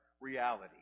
reality